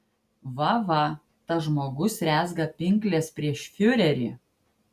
va va tas žmogus rezga pinkles prieš fiurerį